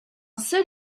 seul